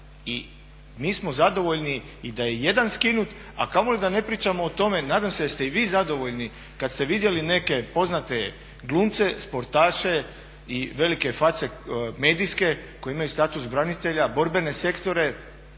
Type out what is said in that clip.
I mi smo zadovoljni i da je i jedan skinut a kamoli da ne pričamo o tome, nadam ste da ste i vi zadovoljni kada ste vidjeli neke poznate glumce, sportaše i velike face medijske koje imaju status branitelja, borbene sektore,